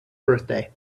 birthday